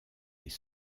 les